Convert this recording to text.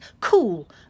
cool